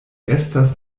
estas